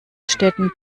städten